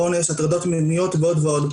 אונס, הטרדות מיניות ועוד ועוד.